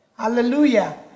hallelujah